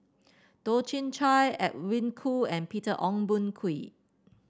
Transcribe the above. Toh Chin Chye Edwin Koo and Peter Ong Boon Kwee